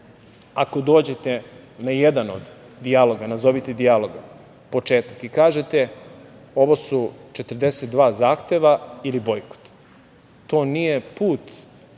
ako dođete na jedan od dijaloga, nazovite dijaloga, početak i kažete – ovo su 42 zahteva ili bojkot. To nije put